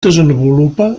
desenvolupa